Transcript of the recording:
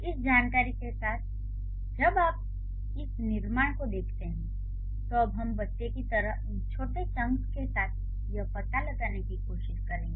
इस जानकारी के साथ जब आप इस निर्माण को देखते हैं तो अब हम "बच्चे" की तरह इन "छोटे" "चनक्स" के साथ यह पता लगाने की कोशिश करेंगे